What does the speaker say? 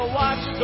watch